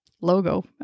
logo